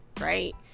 right